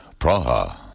Praha